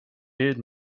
bid